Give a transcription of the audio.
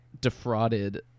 defrauded